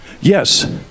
Yes